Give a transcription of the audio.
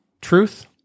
Truth